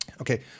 okay